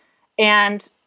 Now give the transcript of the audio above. and,